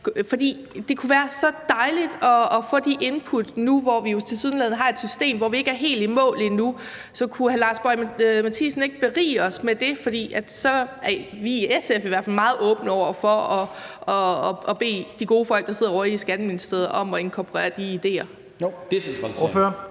osv. Det kunne være så dejligt at få de input nu, hvor vi jo tilsyneladende har et system, som ikke er helt i mål endnu. Så kunne hr. Lars Boje Mathiesen ikke berige os med det? Vi i SF er i hvert fald meget åbne over for at bede de gode folk, der sidder ovre i Skatteministeriet, om at inkorporere de idéer. Kl. 11:27 Første næstformand